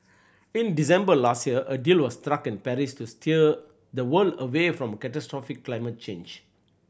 in December last year a deal was struck in Paris to steer the world away from catastrophic climate change